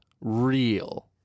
real